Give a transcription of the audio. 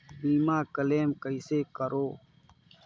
बीमा क्लेम कइसे करों?